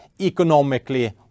economically